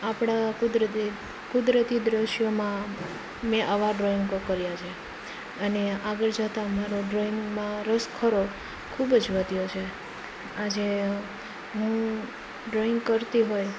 આપણા કુદરતી કુદરતી દૃશ્યોમાં મેં આવા ડ્રોઇંગો કર્યાં છે અને આગળ જતાં મારો ડ્રોઈંગમાં રસ ખરો ખૂબ જ વધ્યો છે આજે હું ડ્રોઈંગ કરતી હોય